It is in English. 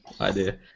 idea